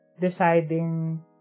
deciding